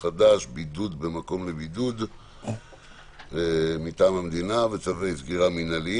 החדש (בידוד במקום לבידוד מטעם המדינה וצווי סגירה מנהליים).